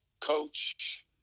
coach